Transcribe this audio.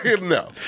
No